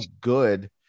good